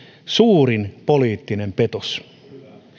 suurin poliittinen petos